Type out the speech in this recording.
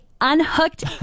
unhooked